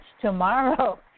tomorrow